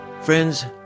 Friends